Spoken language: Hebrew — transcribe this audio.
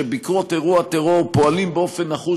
שבעקבות אירוע טרור פועלים באופן נחוש